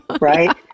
Right